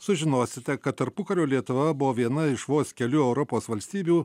sužinosite kad tarpukario lietuva buvo viena iš vos kelių europos valstybių